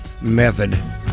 method